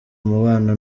umubano